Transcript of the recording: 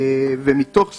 אחרים זה בעייתי.